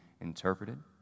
interpreted